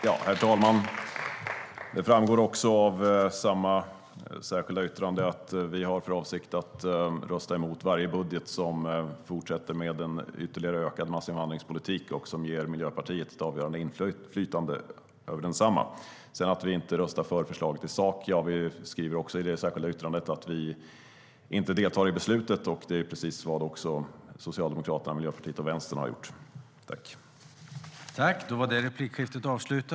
Herr talman! Det framgår av samma särskilda yttrande att vi har för avsikt att rösta emot varje budget med fortsatt massinvandringspolitik och där Miljöpartiet har ett avgörande inflytande över densamma.